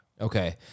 Okay